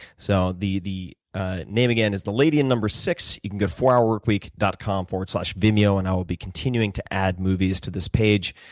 so the the name again is the lady in number six. you can go to fourhourworkweek dot com slash vimeo, and i will be continuing to add movies to this page.